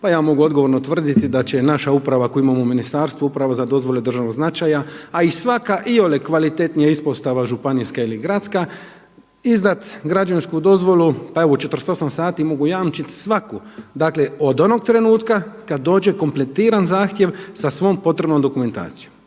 Pa ja mogu odgovorno tvrditi da će naša uprava koju imamo u ministarstvu, Uprava za dozvole od državnog značaja a i svaka iole kvalitetnija ispostava županijska ili gradska izdat građevinsku dozvolu. Pa evo u 48 sati mogu jamčiti svaku, dakle od onog trenutka kad dođe kompletiran zahtjev sa svom potrebnom dokumentacijom.